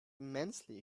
immensely